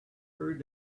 through